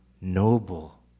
noble